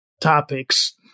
topics